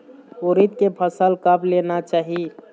उरीद के फसल कब लेना चाही?